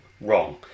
wrong